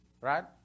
Right